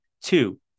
two